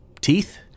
teeth